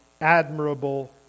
admirable